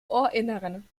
ohrinneren